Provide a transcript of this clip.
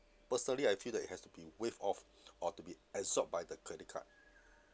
personally I feel that it has to be waived off or to be absorbed by the credit card